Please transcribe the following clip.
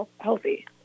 healthy